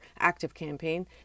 ActiveCampaign